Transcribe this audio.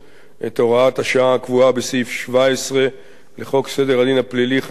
את הוראת השעה הקבועה בסעיף 17 לחוק סדר הדין הפלילי (חקירת חשודים),